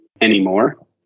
anymore